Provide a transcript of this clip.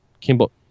Kimball